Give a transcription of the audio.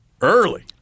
early